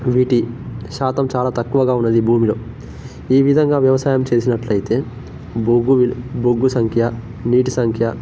వీటి శాతం చాలా తక్కువగా ఉన్నది ఈ భూమిలో ఈ విధంగా వ్యవసాయం చేసినట్లయితే బొగ్గు వి బొగ్గు సంఖ్య నీటి సంఖ్య